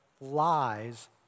lies